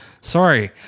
sorry